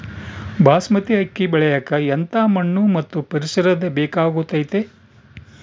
ಬಾಸ್ಮತಿ ಅಕ್ಕಿ ಬೆಳಿಯಕ ಎಂಥ ಮಣ್ಣು ಮತ್ತು ಪರಿಸರದ ಬೇಕಾಗುತೈತೆ?